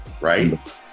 right